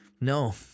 No